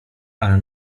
ale